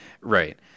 Right